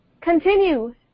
Continue